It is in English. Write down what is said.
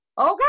Okay